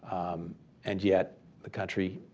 and yet the country,